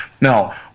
Now